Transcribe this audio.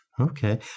Okay